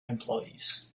employees